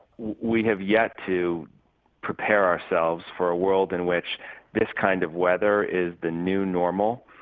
we have yet to prepare ourselves for a world in which this kind of weather is the new normal.